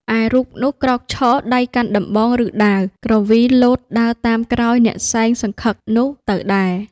ឯរូបនោះ ក្រោកឈរ ដៃកាន់ដំបង ឬ ដាវ គ្រវីលោតដើរតាមក្រោយអ្នកសែងសង្ឃឹកនោះទៅដែរ ។